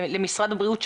למשרד הבריאות.